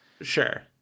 Sure